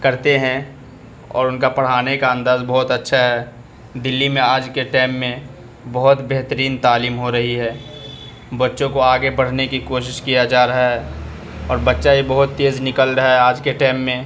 کرتے ہیں اور ان کا پڑھانے کا انداز بہت اچھا ہے دلی میں آج کے ٹائم میں بہت بہترین تعلیم ہو رہی ہے بچوں کو آگے بڑھنے کی کوشش کیا جا رہا ہے اور بچہ یہ بہت تیز نکل رہا ہے آج کے ٹائم میں